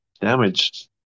damaged